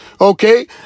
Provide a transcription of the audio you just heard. Okay